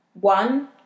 one